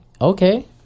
Okay